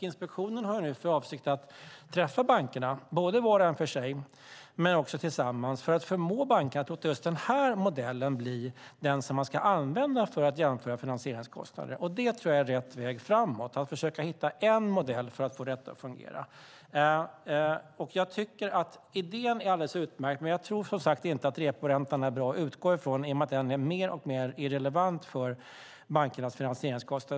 Inspektionen har nu för avsikt att träffa bankerna, både var och en för sig men också tillsammans, för att förmå bankerna att låta just den här modellen bli den som man ska använda för att jämföra finansieringskostnaderna. Det tror jag är rätt väg framåt - att försöka hitta en enda modell för att få detta att fungera. Jag tycker att idén är alldeles utmärkt, men jag tror som sagt inte att reporäntan är bra att utgå från, i och med att den är mer och mer irrelevant för bankernas finansieringskostnader.